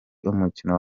umukino